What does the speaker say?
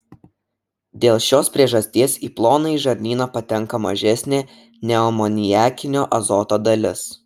dėl šios priežasties į plonąjį žarnyną patenka mažesnė neamoniakinio azoto dalis